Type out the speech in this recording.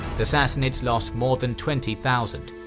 the sassanids lost more than twenty thousand.